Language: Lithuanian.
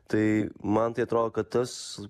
tai man tai atrodo kad tas